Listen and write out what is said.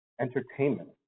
entertainment